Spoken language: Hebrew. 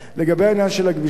לגבי העניין של הכבישים,